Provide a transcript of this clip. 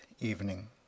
evening